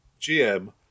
GM